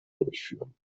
durchführen